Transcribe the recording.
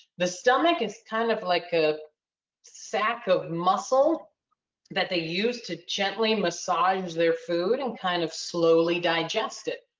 the stomach is kind of like a sack of muscle that they use to gently massage their food and kind of slowly digest it.